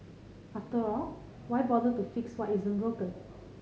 after all why bother to fix what isn't broken